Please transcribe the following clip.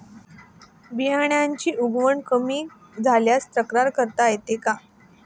बियाण्यांची उगवण कमी झाल्यास तक्रार करता येते का?